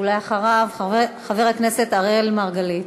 ואחריו, חבר הכנסת אראל מרגלית.